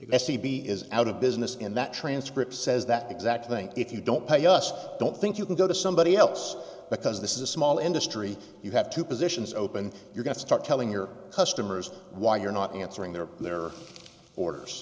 t b is out of business and that transcript says that exact thing if you don't pay us don't think you can go to somebody else because this is a small industry you have two positions open you're going to start telling your customers why you're not answering their their orders